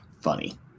funny